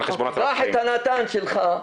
קח את הנט"ן שלך,